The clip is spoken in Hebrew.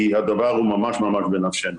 כי הדבר הוא ממש ממש בנפשנו.